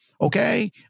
Okay